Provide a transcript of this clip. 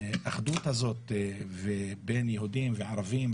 האחדות הזאת בין יהודים וערבים,